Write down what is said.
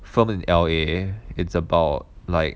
from in L_A it's about like